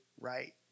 right